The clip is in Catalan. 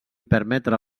permetre